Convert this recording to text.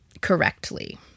correctly